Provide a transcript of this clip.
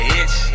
itch